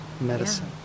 medicine